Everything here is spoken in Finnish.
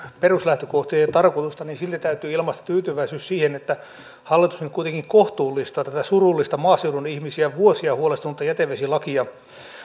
peruslähtökohtia ja tarkoitusta niin silti täytyy ilmaista tyytyväisyys siihen että hallitus nyt kuitenkin kohtuullistaa tätä surullista maaseudun ihmisiä vuosia huolestuttanutta jätevesilakia